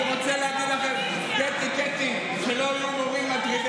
אתם מצביעים נגד כי אתם אופוזיציה.